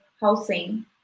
housing